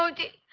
so do